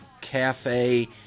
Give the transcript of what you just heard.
cafe